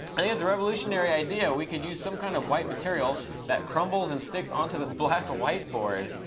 i think it's a revolutionary idea. we could use some kind of white material that crumbles and sticks onto this black whiteboard.